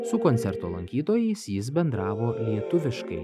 su koncerto lankytojais jis bendravo lietuviškai